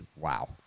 wow